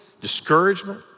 discouragement